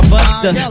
Buster